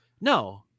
No